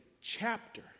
chapter